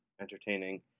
entertaining